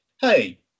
hey